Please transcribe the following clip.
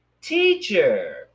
Teacher